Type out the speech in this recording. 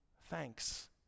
thanks